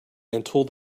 until